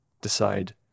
decide